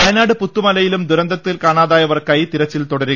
വയനാട് പുത്തുമലയിലും ദുരന്തത്തിൽ കാണാതായവർക്കായി തിരച്ചിൽ തുടരുന്നു